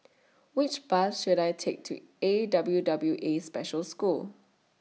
Which Bus should I Take to A W W A Special School